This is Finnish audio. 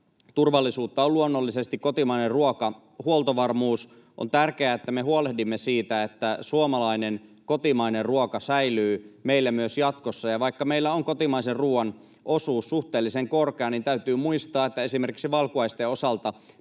turvallisuutta on luonnollisesti kotimainen ruoka ja huoltovarmuus. On tärkeää, että me huolehdimme siitä, että suomalainen, kotimainen ruoka säilyy meillä myös jatkossa. Vaikka meillä on kotimaisen ruoan osuus suhteellisen korkea, täytyy muistaa, että esimerkiksi valkuaisten osalta